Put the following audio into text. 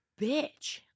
bitch